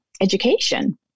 education